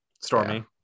stormy